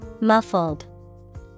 Muffled